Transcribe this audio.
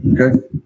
Okay